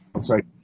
sorry